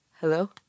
Hello